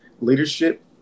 leadership